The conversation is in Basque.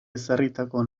ezarritako